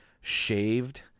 shaved